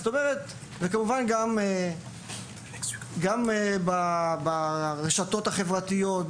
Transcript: וכמובן גם ברשתות החברתיות,